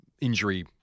injury